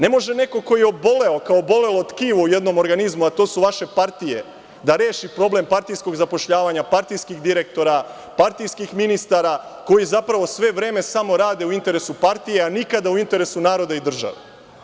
Ne može neko ko je oboleo, kao obolelo tkivo u jednom organizmu, a to su vaše partije, da reši problem partijskog zapošljavanja, partijskih direktora, partijskih ministara, koji zapravo sve vreme samo rade u interesu partija, a nikada u interesu naroda i države.